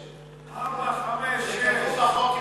4, 5, 6. תקדמו את החוק.